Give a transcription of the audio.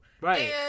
Right